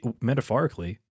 Metaphorically